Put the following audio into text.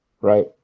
right